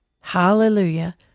Hallelujah